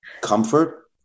comfort